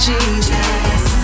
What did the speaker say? Jesus